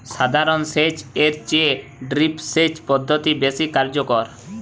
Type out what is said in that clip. সাধারণ সেচ এর চেয়ে ড্রিপ সেচ পদ্ধতি বেশি কার্যকর